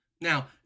Now